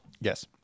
Yes